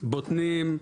בוטנים,